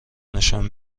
نشان